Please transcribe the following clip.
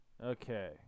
Okay